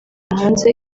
hanze